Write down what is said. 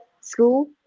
school